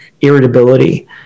irritability